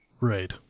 Right